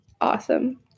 awesome